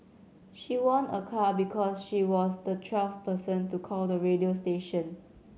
she won a car because she was the twelfth person to call the radio station